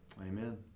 Amen